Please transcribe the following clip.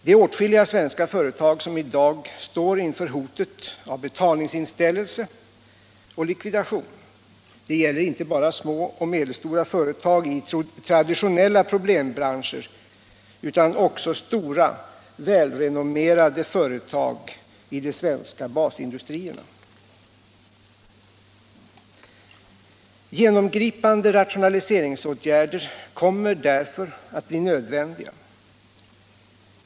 Det är åtskilliga svenska företag som i dag står inför hotet om betalningsinställelse och likvidation. Det gäller inte bara små och medelstora företag i traditionella problembranscher utan också stora, välrenommerade företag inom de svenska basindustrierna. Genomgripande rationaliseringsåtgärder kommer därför att bli nödvändiga.